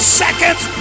seconds